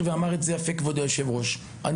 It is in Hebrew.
גם כבוד היושב ראש ציין את זה באופן יפה,